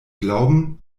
glauben